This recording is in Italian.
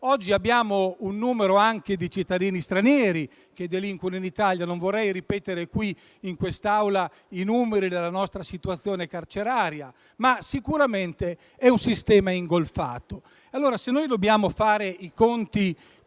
Oggi abbiamo anche cittadini stranieri che delinquono in Italia; non vorrei ripetere in quest'Assemblea i numeri della nostra situazione carceraria, ma sicuramente è un sistema ingolfato. Se allora dobbiamo fare i conti